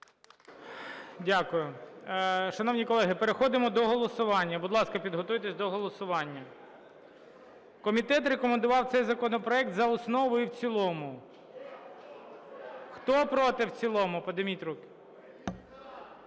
Дякую. Шановні колеги, переходимо до голосування. Будь ласка, підготуйтеся до голосування. Комітет рекомендував цей законопроект за основу і в цілому. Хто проти в цілому, підніміть руку.